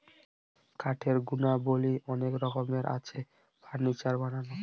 কাঠের গুণাবলী অনেক রকমের আছে, ফার্নিচার বানানো